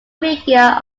figure